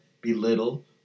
belittle